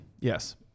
Yes